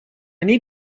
need